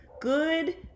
good